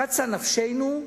קצה נפשנו,